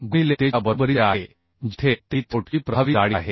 गुणिले te च्या बरोबरीचे आहे जेथे te ही थ्रोट ची प्रभावी जाडी आहे